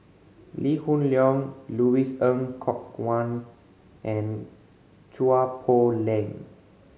Lee Hoon Leong Louis Ng Kok Kwang and Chua Poh Leng